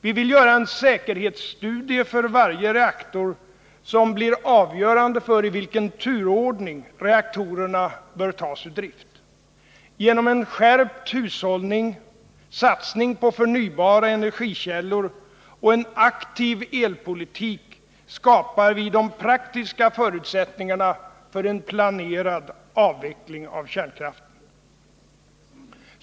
Vi vill göra en säkerhetsstudie för varje reaktor som blir avgörande för i vilken turordning reaktorerna bör tas ur drift. Genom en skärpt hushållning, satsning på förnybara energikällor och en aktiv elpolitik skapar vi de praktiska förutsättningarna för en planerad avveckling av kärnkraften.